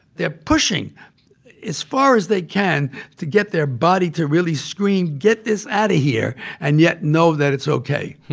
they're pushing as far as they can to get their body to really scream, get this out of here and, yet, know that it's ok.